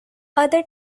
other